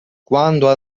quando